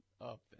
Up